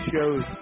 shows